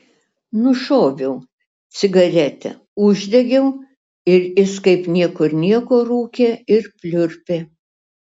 nušoviau cigaretę uždegiau ir jis kaip niekur nieko rūkė ir pliurpė